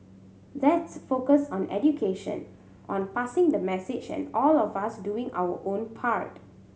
let's focus on education on passing the message and all of us doing our own part